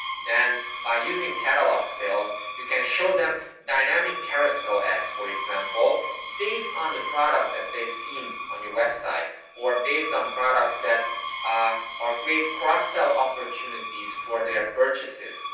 then by using catalog sales, you can show them dynamic carousel ads, for example, based on the product that they've seen on your web site or based on products that ah are great cross-sell opportunities for their purchases.